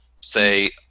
say